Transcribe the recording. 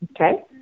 Okay